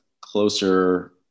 closer